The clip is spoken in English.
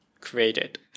created